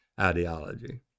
ideology